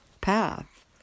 path